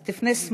אז תפנה שמאלה,